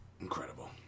Incredible